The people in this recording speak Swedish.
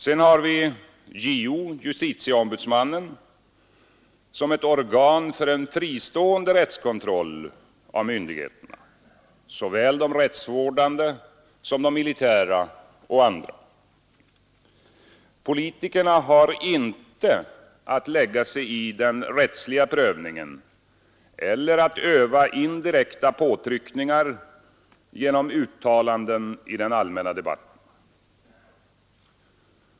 Sedan har vi JO, justitieombudsmannen, som ett organ för en fristående rättskontroll av myndigheterna; såväl de rättsvårdande som de militära och andra. Politikerna har inte att lägga sig i den rättsliga prövningen eller att öva indirekta påtryckningar genom uttalanden i den allmänna debatten.